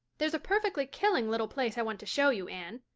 there's a perfectly killing little place i want to show you, anne.